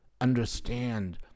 Understand